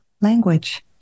language